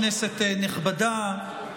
כנסת נכבדה,